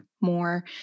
more